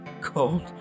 cold